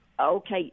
Okay